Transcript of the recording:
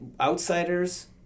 Outsiders